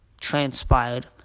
transpired